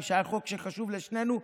כשהיה חוק שחשוב לשנינו,